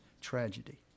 tragedy